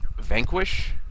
Vanquish